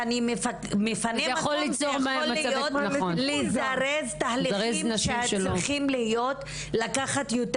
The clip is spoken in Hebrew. מה שעלול לזרז תהליכים שאמורים לקחת יותר